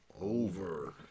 over